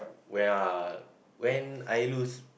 when I when I lose